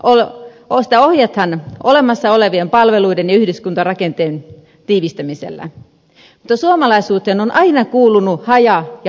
uudisrakentamista ohjataan olemassa olevien palveluiden ja yhdyskuntarakenteen tiivistämisellä mutta suomalaisuuteen on aina kuulunut haja ja harva asutus